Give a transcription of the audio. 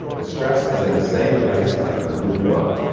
the stress is in the same place as the root word,